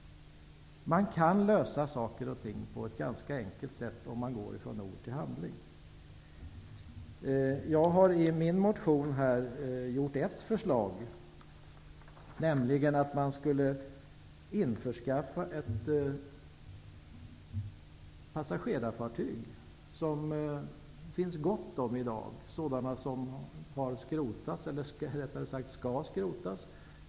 Man kan lösa problem på ett ganska enkelt sätt om man går från ord till handling. Jag har i min motion lagt fram ett förslag, nämligen att man skulle införskaffa ett passagerarfartyg. Det finns i dag gott om sådana som skall skrotas.